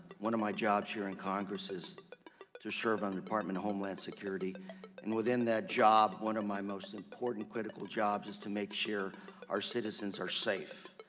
one of my jobs here and congress is to serve on the department of homeland security and within that job, one of my most important critical jobs is to make sure our citizens are safe.